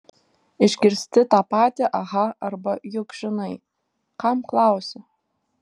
išgirsti tą patį aha arba juk žinai kam klausi